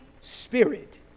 Spirit